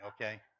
okay